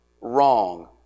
wrong